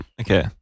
Okay